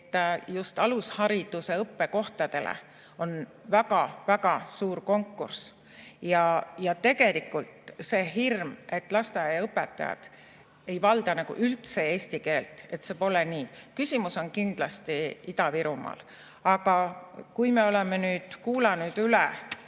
et just alushariduse õppekohtadele on väga-väga suur konkurss ja see hirm, et lasteaiaõpetajad ei valda üldse eesti keelt – see pole nii. Küsimus on [see] kindlasti Ida-Virumaal. Aga kui me oleme nüüd kuulanud ära